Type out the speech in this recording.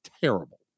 terrible